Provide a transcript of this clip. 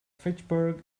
fitchburg